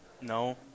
No